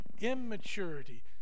immaturity